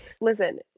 Listen